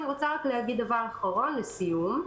אני רוצה להגיד דבר אחרון לסיום.